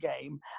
game